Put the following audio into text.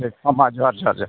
ᱦᱮᱸ ᱡᱚᱦᱟᱨ ᱡᱚᱦᱟᱨ ᱡᱚᱦᱟᱨ